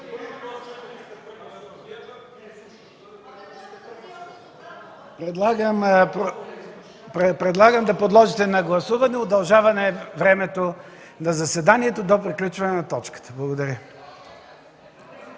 Предлагам да подложите на гласуване удължаване времето на заседанието до приключване на точката. Благодаря.